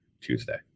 tuesday